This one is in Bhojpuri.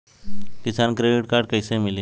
किसान क्रेडिट कार्ड कइसे मिली?